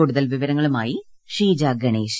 കൂടുതൽ വിവരങ്ങളുമായി ഷീജാ ഗണേശ്